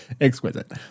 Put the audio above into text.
exquisite